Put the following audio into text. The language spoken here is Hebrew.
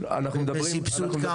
בלי סבסוד קרקע.